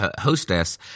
hostess